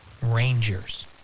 Rangers